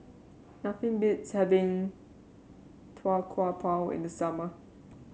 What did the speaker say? nothing beats having Tau Kwa Pau in the summer